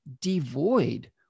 devoid